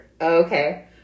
Okay